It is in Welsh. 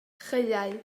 chaeau